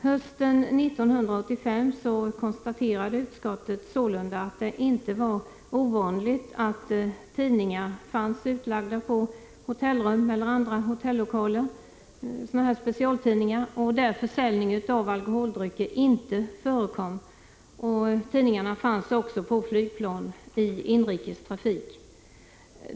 Hösten 1985 konstaterade utskottet sålunda att det inte var ovanligt att specialtidningar fanns utlagda på hotellrum eller i andra hotellokaler, där försäljning av alkoholdrycker inte förekom. Tidningarna fanns också på flygplan i inrikestrafik.